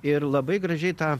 ir labai gražiai tą